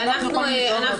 זו שערורייה.